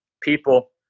people